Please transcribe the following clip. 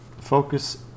Focus